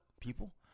people